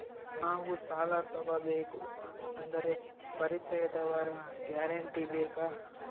ನಾವು ಸಾಲ ತೋಗಬೇಕು ಅಂದರೆ ಪರಿಚಯದವರ ಗ್ಯಾರಂಟಿ ಬೇಕಾ?